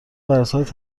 براساس